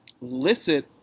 licit